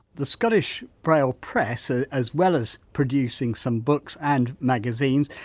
the scottish braille press, ah as well as producing some books and magazines,